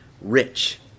rich